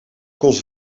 kost